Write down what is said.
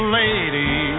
lady